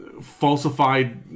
Falsified